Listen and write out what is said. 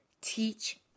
teach